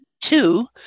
Two